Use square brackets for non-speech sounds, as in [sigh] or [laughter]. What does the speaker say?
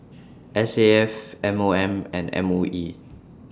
[noise] S A F M O M and M O E [noise]